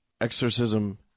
exorcism